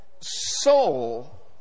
soul